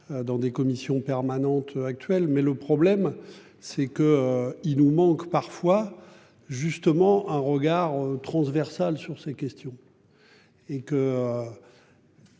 Dans des commissions permanentes actuel mais le problème c'est que il nous manque parfois justement un regard transversal sur ces questions. Et que.